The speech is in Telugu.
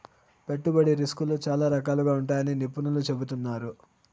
పెట్టుబడి రిస్కులు చాలా రకాలుగా ఉంటాయని నిపుణులు చెబుతున్నారు